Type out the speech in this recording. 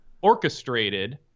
orchestrated